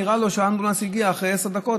ונראה לו שהאמבולנס הגיע אחרי עשר דקות,